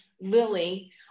Lily